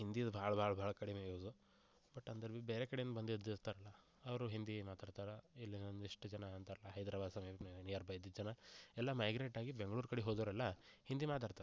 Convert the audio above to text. ಹಿಂದಿದು ಭಾಳ ಭಾಳ ಭಾಳ ಕಡಿಮೆ ಯೂಸು ಬಟ್ ಅಂದರು ಬಿ ಬೇರೆ ಕಡೆಯಿಂದ ಬಂದಿದಿರ್ತಾರಲ್ಲ ಅವರು ಹಿಂದಿ ಮಾತಾಡ್ತಾರೆ ಇಲ್ಲ ಒಂದಿಷ್ಟು ಜನ ಅಂತಾರಲ್ಲ ಹೈದರಾಬಾದ್ ಸಮೀಪ ನಿಯರ್ ಬೈದಿದ್ ಜನ ಎಲ್ಲ ಮೈಗ್ರೇಟ್ ಆಗಿ ಬೆಂಗಳೂರು ಕಡೆ ಹೋದೋರೆಲ್ಲ ಹಿಂದಿ ಮಾತಾಡ್ತಾರೆ